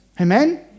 Amen